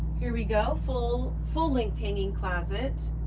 here we go, full full length hanging closet,